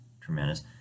tremendous